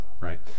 right